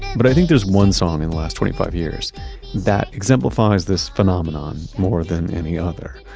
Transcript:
but i think there's one song in the last twenty five years that exemplifies this phenomenon more than any other.